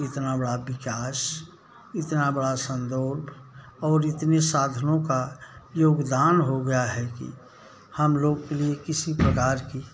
इतना बड़ा विकास इतना बड़ा संदोग और इतनी साधनों का योगदान हो गया है कि हम लोग के लिए किसी प्रकार की